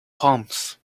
palms